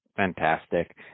Fantastic